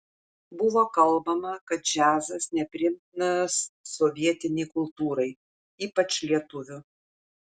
buvo kalbama kad džiazas nepriimtinas sovietinei kultūrai ypač lietuvių